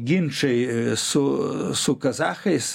ginčai su su kazachais